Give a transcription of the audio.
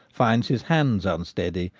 finds his hands unsteady,